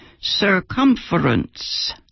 circumference